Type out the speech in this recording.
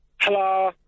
Hello